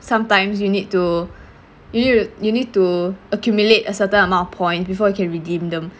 sometimes you need to you need you need to accumulate a certain amount of points before you can redeem them